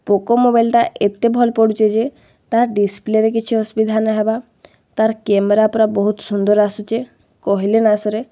Poco ମୋବାଇଲ୍ଟା ଏତେ ଭଲ୍ ପଡ଼ୁଚେ ଯେ ତାର୍ ଡିସ୍ପ୍ଲେରେ କିଛି ଅସୁବିଧା ନାଇଁ ହେବା ତାର୍ କ୍ୟାମେରା ପୁରା ବହୁତ୍ ସୁନ୍ଦର୍ ଆସୁଚେ କହେଲେ ନାଇଁ ସରେ